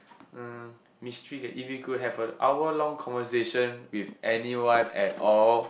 uh mystery that if you could have a hour long conversation with anyone at all